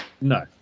No